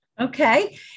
Okay